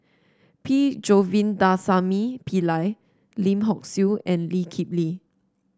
P Govindasamy Pillai Lim Hock Siew and Lee Kip Lee